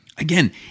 Again